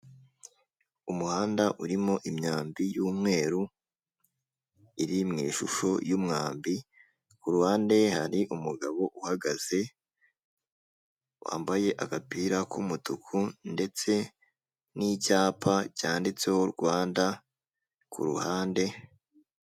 Umuhanda urimo imyambi y'umweru iri mu ishusho y'umwambi, kuruhande hari umugabo uhagaze wambaye agapira k'umutuku, ndetse n'icyapa cyanditseho Rwanda ku ruhande.